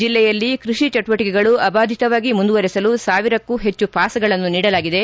ಜಿಲ್ಲೆಯಲ್ಲಿ ಕೃಷಿ ಚಟುವಟಕೆಗಳು ಅಭಾದಿತವಾಗಿ ಮುಂದುವರೆಸಲು ಸಾವಿರಕ್ಕೂ ಹೆಚ್ಚು ಪಾಸ್ಗಳನ್ನು ನೀಡಲಾಗಿದೆ